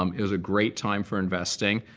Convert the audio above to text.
um it was a great time for investing.